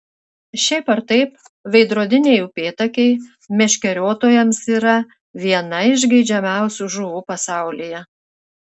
šiaip ar taip veidrodiniai upėtakiai meškeriotojams yra viena iš geidžiamiausių žuvų pasaulyje